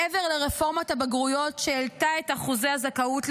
מעבר לרפורמות הבגרויות שהעלתה את אחוזי הזכאות לבגרות,